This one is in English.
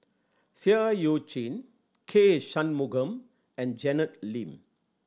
Seah Eu Chin K Shanmugam and Janet Lim